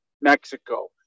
Mexico